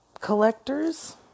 collectors